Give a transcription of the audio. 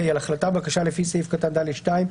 (ה) על החלטה בבקשה לפי סעיף קטן (ד)(2)